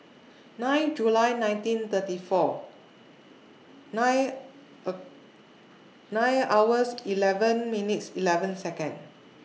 nine July nineteen thirty four nine nine hours eleven minutes eleven Seconds